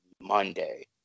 monday